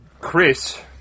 Chris